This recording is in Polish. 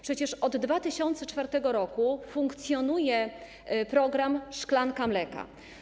Przecież od 2004 r. funkcjonuje program „Szklanka mleka”